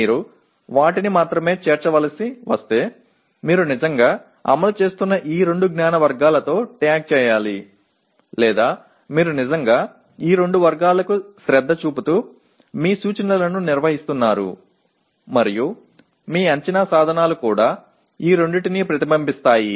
మీరు వాటిని మాత్రమే చేర్చవలసి వస్తే మీరు నిజంగా అమలు చేస్తున్న ఈ రెండు జ్ఞాన వర్గాలతో ట్యాగ్ చేయాలి లేదా మీరు నిజంగా ఈ రెండు వర్గాలకు శ్రద్ధ చూపుతూ మీ సూచనలను నిర్వహిస్తున్నారు మరియు మీ అంచనా సాధనాలు కూడా ఈ రెండింటిని ప్రతిబింబిస్తాయి